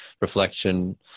reflection